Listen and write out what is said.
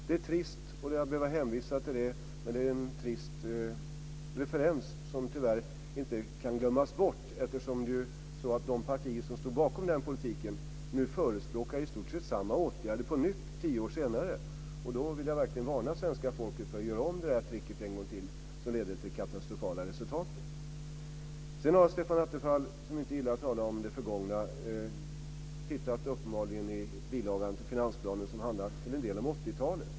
Det är trist att behöva hänvisa till det, det är en trist referens som tyvärr inte kan glömmas bort eftersom de partier som stod bakom den politiken nu förespråkar i stort sett samma åtgärder på nytt, tio år senare. Då vill jag verkligen varna svenska folket för att göra om det tricket som fick det katastrofala resultatet. Stefan Attefall, som inte gillar att tala om det förgångna, har uppenbarligen tittat på den bilaga till finansplanen som till en del handlar om 80-talet.